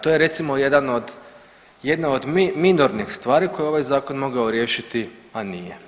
To je recimo jedan od, jedna od minornih stvari koje je ovaj zakon mogao riješiti, a nije.